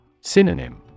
Synonym